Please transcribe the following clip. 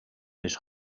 his